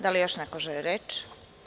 Da li još neko želi reč?